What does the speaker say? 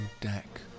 Deck